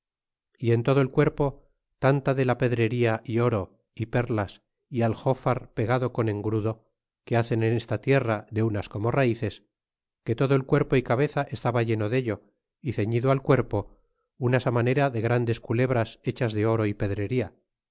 y en todo el cuerpo tanta de la pedrería é oro y perlas é aljofar pegado con engrudo que hacen en esta tierra de unas como ralees que todo el cuerpo y cabeza estaba lleno dello y ceñido al cuerpo unas á manera de grandes culebras hechas de oro y pedrería